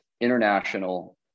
international